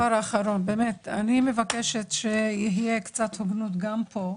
אני מבקשת שתהיה קצת הוגנות גם פה.